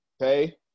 okay